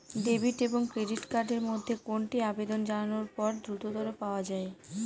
Debit এবং credit card এর মধ্যে কোনটি আবেদন জানানোর পর দ্রুততর পাওয়া য়ায়?